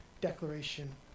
declaration